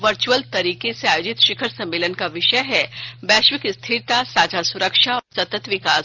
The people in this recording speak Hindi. वर्चुअल तरीके से आयोजित शिखर सम्मेलन का विषय है वैश्विक स्थिरता साझा सुरक्षा और सतत विकास